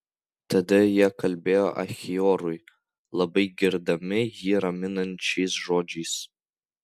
tada jie kalbėjo achiorui labai girdami jį raminančiais žodžiais